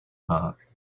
park